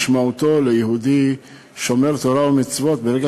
משמעותו ליהודי שומר תורה ומצוות שברגע